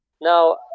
Now